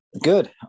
good